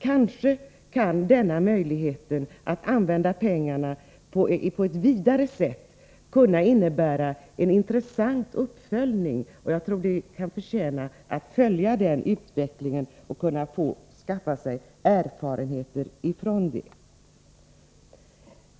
Kanske denna möjlighet att använda pengarna på ett vidare sätt kan innebära en intressant uppföljning. Jag tror att denna utveckling förtjänar att följas, så att vi kan skaffa oss erfarenheter från detta område.